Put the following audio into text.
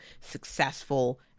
successful